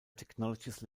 technologies